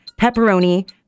pepperoni